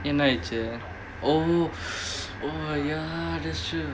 என்ன ஆயிடுச்சி:enna aayiduchi oh oh ya that's true